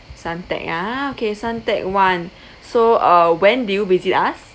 Suntec ah okay Suntec [one] so uh when do you visit us